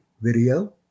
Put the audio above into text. video